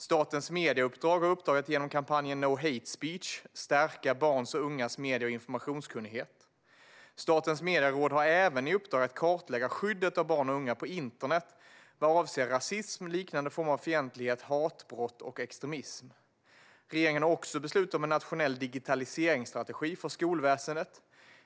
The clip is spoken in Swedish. Statens medieråd har uppdraget att genom kampanjen No Hate Speech stärka barns och ungas medie och informationskunnighet. Statens medieråd har även i uppdrag att kartlägga skyddet av barn och unga på internet vad avser rasism och liknande former av fientlighet, hatbrott och extremism. Regeringen har också beslutat om en nationell digitaliseringsstrategi för skolväsendet.